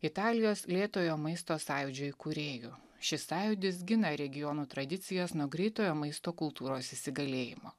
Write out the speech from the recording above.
italijos lėtojo maisto sąjūdžio įkūrėju šis sąjūdis gina regionų tradicijas nuo greitojo maisto kultūros įsigalėjimo